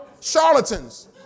Charlatans